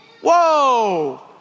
Whoa